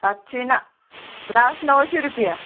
सातशीं ना लास णवशीं रुपया